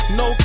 no